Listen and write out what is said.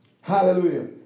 Hallelujah